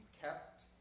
kept